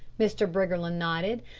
mr. briggerland nodded.